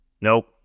Nope